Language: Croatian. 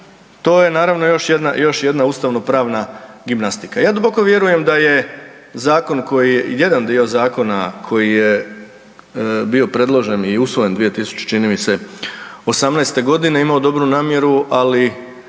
To je naravno još jedna ustavno-pravna gimnastika. Ja duboko vjerujem da je zakon koji je, jedan dio zakona koji je bio predložen i usvojen dvije tisućite i čini mi se osamnaeste godine imao dobru namjeru, ali